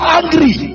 angry